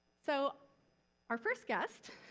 so our first guest,